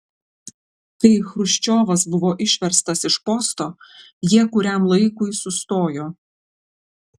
kai chruščiovas buvo išverstas iš posto jie kuriam laikui sustojo